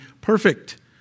perfect